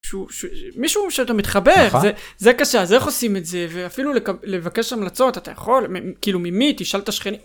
מישהו שאתה מתחבב זה קשה אז איך עושים את זה ואפילו לבקש המלצות אתה יכול כאילו ממי תשאל את השכנים